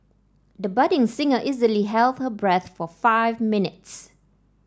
the budding singer easily held her breath for five minutes